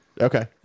Okay